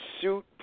suit